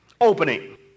Opening